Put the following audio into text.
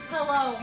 Hello